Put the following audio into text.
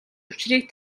учрыг